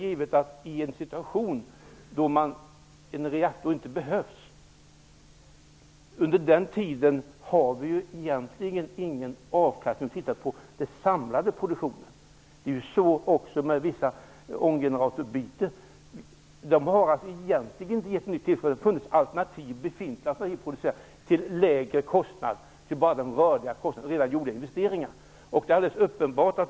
I en situation då en reaktor inte behövs har man egentligen ingen avkastning om man tittar på den samlade produktionen. Det är så också vid byte av vissa ånggeneratorer. Det har funnits alternativ befintlig produktion till lägre kostnad. Man har alltså bara den rörliga kostnaden på redan gjorda investeringar.